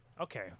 Okay